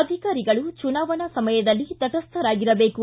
ಅಧಿಕಾರಿಗಳು ಚುನಾವಣಾ ಸಮಯದಲ್ಲಿ ತಟಸ್ಥರಾಗಿಬೇಕು